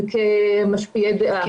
וכמשפיעי דעה.